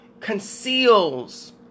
conceals